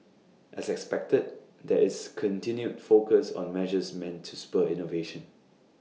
as expected there is continued focus on measures meant to spur innovation